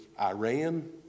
Iran